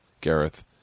Gareth